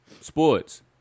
sports